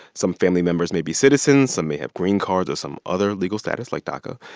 some family members may be citizens. some may have green cards or some other legal status, like daca.